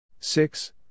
Six